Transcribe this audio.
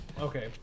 Okay